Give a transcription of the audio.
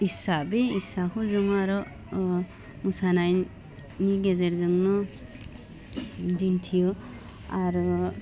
इस्सा बे इसाखौ जों आरो मोसानायनि गेजेरजोंनो दिन्थियो आरो